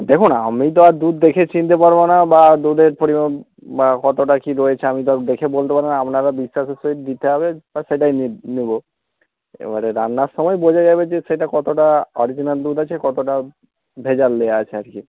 দেখুন আমি তো আর দুধ দেখে চিনতে পারব না বা দুধের পরিমাণ বা কতটা কী রয়েছে আমি তো দেখে বলতে পারব না আপনারা বিশ্বাস দিতে হবে তো সেটাই নেব এবারে রান্নার সময় বোঝা যাবে যে সেটা কতটা অরিজিনাল দুধ আছে কতটা ভেজাল দেওয়া আছে আর কি